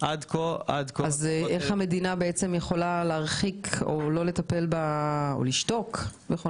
איך המדינה יכולה להרחיק או לשתוק בכל